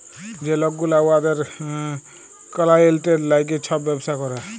যে লক গুলা উয়াদের কালাইয়েল্টের ল্যাইগে ছব ব্যবসা ক্যরে